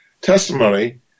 testimony